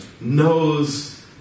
knows